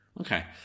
Okay